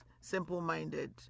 simple-minded